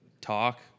talk